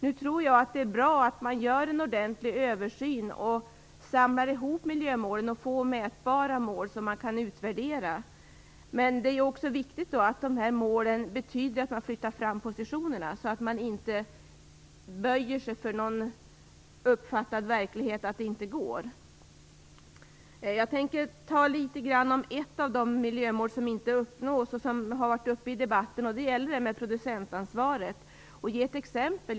Nu tror jag att det är bra att man gör en ordentlig översyn, samlar ihop miljömålen och får mätbara mål som man kan utvärdera. Men då är det också viktigt att målen innebär att man flyttar fram positionerna, så att man inte böjer sig för uppfattningen att det inte går. Jag tänker tala litet grand om ett av de miljömål som inte uppnås, vilket har varit uppe i debatten. Det gäller frågan om producentansvaret. Jag kan ge ett exempel.